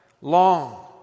long